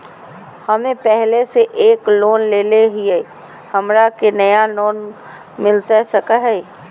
हमे पहले से एक लोन लेले हियई, हमरा के नया लोन मिलता सकले हई?